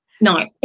No